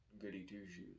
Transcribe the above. goody-two-shoes